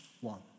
one